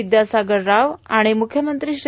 विद्यासागर राव आणि मुख्यमंत्री श्री